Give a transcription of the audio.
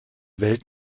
welt